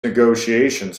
negotiations